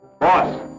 Boss